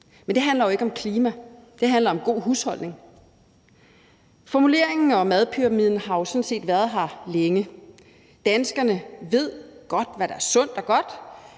Men det handler jo ikke om klima, det handler om god husholdning. Formuleringen og madpyramiden har jo sådan set været her længe. Danskerne ved godt, hvad der er sundt og godt,